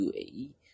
UAE